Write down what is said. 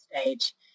stage